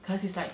cause it's like